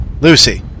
Lucy